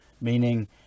meaning